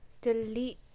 Delete